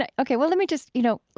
and ok, well, let me just, you know,